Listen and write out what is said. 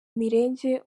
mirenge